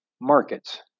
markets